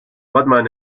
batman